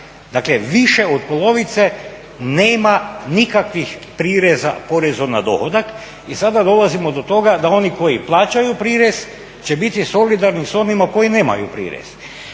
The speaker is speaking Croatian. Dakle, više od polovice nema nikakvih prireza porezu na dohodak. I sada dolazimo do toga da oni koji plaćaju prirez će biti solidarni s onima koji nemaju prirez,